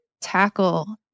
tackle